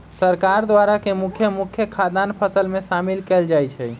सरकार द्वारा के मुख्य मुख्य खाद्यान्न फसल में शामिल कएल जाइ छइ